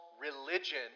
religion